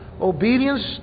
obedience